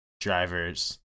drivers